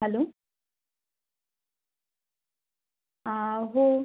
hello हां हो